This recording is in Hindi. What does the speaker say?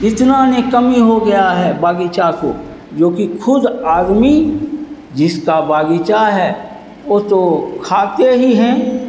इतना नहीं कमी हो गया है बागीचा को जोकि खुद आदमी जिसका बागीचा है वह तो खाते ही हैं